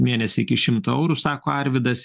mėnesį iki šimto eurų sako arvydas